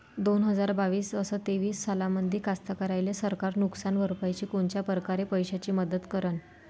दोन हजार बावीस अस तेवीस सालामंदी कास्तकाराइले सरकार नुकसान भरपाईची कोनच्या परकारे पैशाची मदत करेन?